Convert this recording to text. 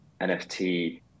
nft